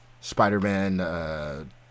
Spider-Man